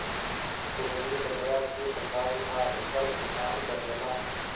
कुगनी बजरा के प्रजाति ह एकर पिसान बनेला